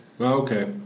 Okay